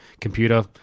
computer